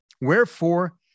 Wherefore